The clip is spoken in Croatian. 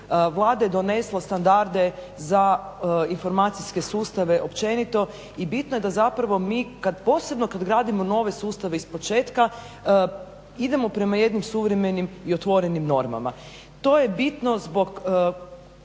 Vlada je donesla standarde za informacijske sustave općenito. I bitno je da zapravo mi kada posebno gradimo nove sustave iz početka idemo prema jednim suvremenim i otvorenim normama. To je bitno zbog